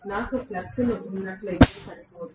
నాకు ఫ్లక్స్ ఉన్నట్లయితే సరిపోదు